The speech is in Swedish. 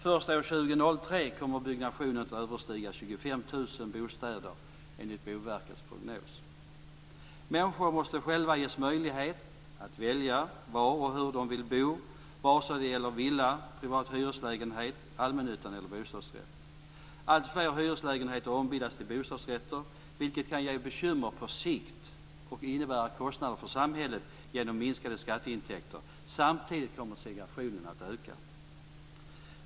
Först år 2003 kommer byggnationen att överstiga 25 000 Människor måste själva ges möjlighet att välja var och hur de vill bo, vare sig det gäller villa, privat hyreslägenhet, allmännyttan eller bostadsrätt. Alltfler hyreslägenheter ombildas till bostadsrätter, vilket kan ge bekymmer på sikt och innebära kostnader för samhället genom minskade skatteintäkter. Samtidigt kommer segregationen att öka.